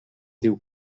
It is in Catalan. diu